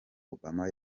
obama